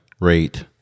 rate